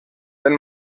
wenn